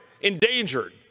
endangered